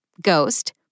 Ghost